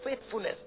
faithfulness